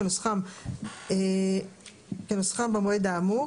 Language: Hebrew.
כנוסחם במועד האמור,